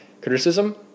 criticism